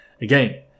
again